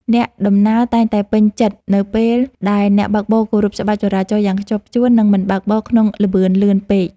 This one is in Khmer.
អ្នកដំណើរតែងតែពេញចិត្តនៅពេលដែលអ្នកបើកបរគោរពច្បាប់ចរាចរណ៍យ៉ាងខ្ជាប់ខ្ជួន និងមិនបើកបរក្នុងល្បឿនលឿនពេក។